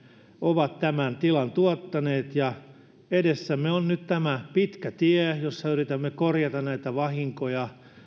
ovat tämän tilan tuottaneet ja edessämme on nyt tämä pitkä tie jossa yritämme korjata näitä vahinkoja